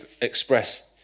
expressed